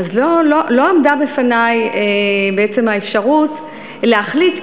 לא עמדה בפני בעצם האפשרות להחליט,